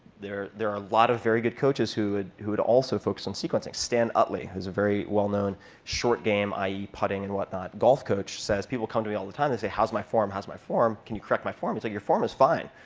there there are a lot of very good coaches who had who had also focused on sequencing. stan utley, who is a very well-known short-game ie putting and whatnot golf coach, coach, says people come to me all the time. they say, how's my form? how's my form? can you correct my form? he's like, your form is fine.